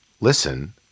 Listen